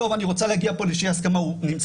אני רוצה להגיע איזושהי הסכמה והוא נמצא